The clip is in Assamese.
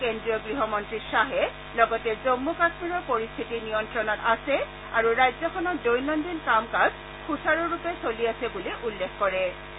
কেন্দ্ৰীয় গৃহমন্ত্ৰী খাহে লগতে জম্মু কাশ্মীৰৰ পৰিস্থিতি নিয়ন্তণত আছে আৰু ৰাজ্যখনৰ দৈনন্দিন কাম কাজ সূচাৰু ৰূপে চলি আছে বুলি উল্লেখ কৰিছে